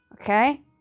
Okay